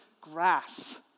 grass